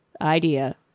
idea